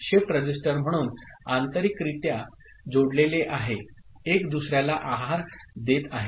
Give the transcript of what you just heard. shift register म्हणून आंतरिकरित्या जोडलेले आहे एक दुसर्याला आहार देत आहे